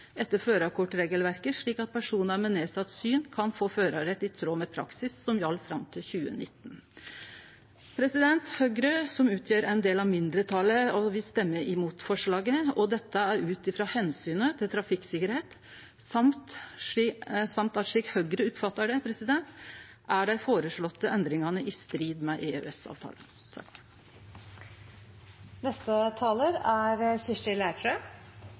etter førerkortregelverket, slik at personer med nedsatt syn kan få førerrett i tråd med praksis som gjaldt frem til 2019.» Høgre, som utgjer ein del av mindretalet, vil stemme imot forslaget. Dette er ut frå omsynet til trafikksikkerheita og at dei føreslegne endringane, slik Høgre oppfattar det, er i strid med EØS-avtala. Dette er